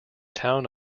town